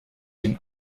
den